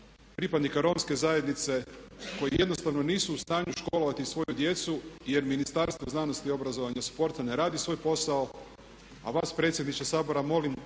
pripadnika Romske zajednice koji jednostavno nisu u stanju školovati svoju djecu jer Ministarstvo znanosti, obrazovanja i sporta ne radi svoj posao a vas predsjedniče Sabora molim